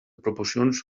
proporcions